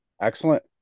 excellent